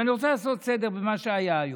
אבל אני רוצה לעשות סדר במה שהיה היום.